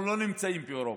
אנחנו לא נמצאים באירופה.